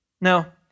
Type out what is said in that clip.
Now